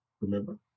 remember